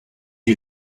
you